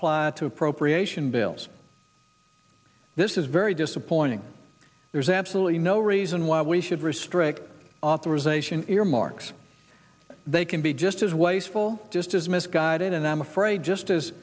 y to appropriation bills this is very disappointing there's absolutely no reason why we should restrict authorization earmarks they can be just as wasteful just as misguided and i'm afraid just